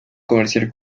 comerciar